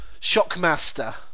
Shockmaster